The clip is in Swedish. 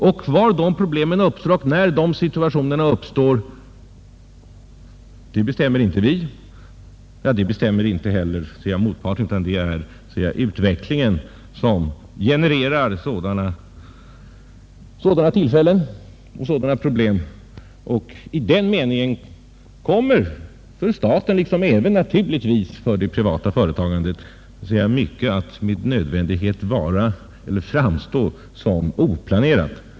Men var de problemen och de situationerna uppstår bestämmer inte vi och inte heller vår motpart, utan det är utvecklingen som genererar sådana tillfällen och problem. Och i den meningen kommer mycket — både för staten och för det privata företagandet — att med nödvändighet framstå som oplanerat.